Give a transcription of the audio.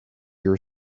your